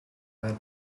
well